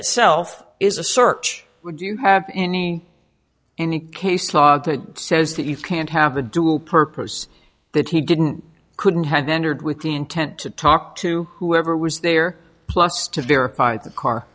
itself is a search would you have any any case law that says that you can't have a dual purpose that he didn't couldn't have entered with the intent to talk to whoever was there plus to verify the car